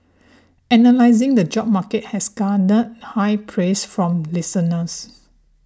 analysing the job market has garnered high praise from listeners